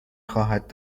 خواهد